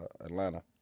Atlanta